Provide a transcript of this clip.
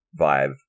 vibe